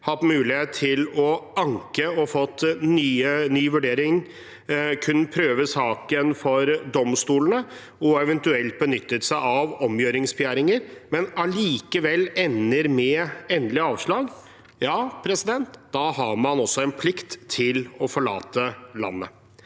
hatt mulighet til å anke og få ny vurdering, og har kunnet prøve saken for domstolene og eventuelt benytte seg av omgjøringsbegjæringer, men allikevel ender med endelig avslag, har også en plikt til å forlate landet.